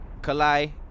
Kalai